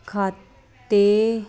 ਖਾਤੇ